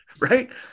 right